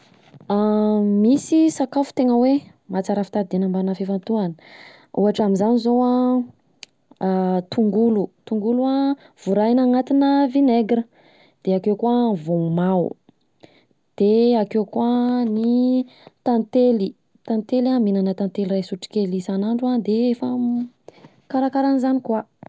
Misy sakafo tegna hoe: mahatsara fitadidena mbana fifantohana, ohatra amin'izany zao an tongolo, tongolo an vorahina anatina vinaigre, De akeo koa ny vomaho, de akeo koa ny tantely, tantely an mihinana tantely iray sotrokely isanandro an de efa karaka'izany koa.